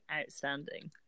outstanding